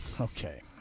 Okay